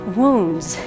wounds